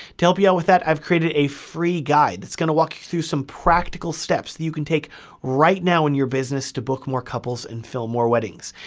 to help you out with that, i've created a free guide that's gonna walk you through some practical steps that you can take right now in your business to book more couples and film more weddings.